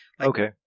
okay